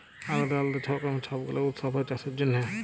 আলদা আলদা রকমের ছব গুলা উৎসব হ্যয় চাষের জনহে